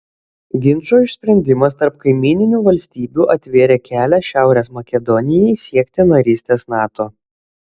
ginčo išsprendimas tarp kaimyninių valstybių atvėrė kelią šiaurės makedonijai siekti narystės nato